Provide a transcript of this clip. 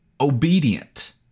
obedient